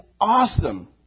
awesome